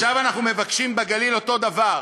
עכשיו אנחנו מבקשים בגליל אותו דבר.